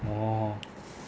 orh